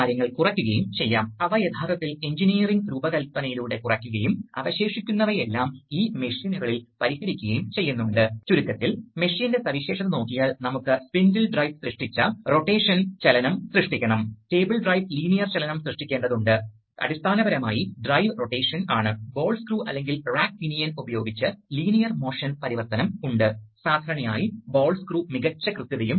അതിനാൽ ഇത് യഥാർത്ഥത്തിൽ ഇതുമായി കണക്റ്റുചെയ്ത് അവിടെത്തന്നെ നിശ്ശേഷീകരിക്കുക ഇത് യഥാർത്ഥത്തിൽ ഡിസിവിയിലേക്ക് വരേണ്ടതില്ല അതിനാൽ ഈ ട്യൂബിംഗ് മടക്ക പാതയ്ക്കായി ഉപയോഗിക്കില്ല വായു ഇവിടെത്തന്നെ തീർന്നുപോകുന്നു അതിനാൽ ഇതാണ് പ്രവർത്തനം ദ്രുത എക്സ്ഹോസ്റ്റ് വാൽവിന്റെ